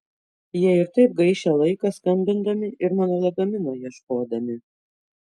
jie ir taip gaišę laiką skambindami ir mano lagamino ieškodami